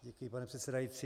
Děkuji, pane předsedající.